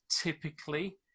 typically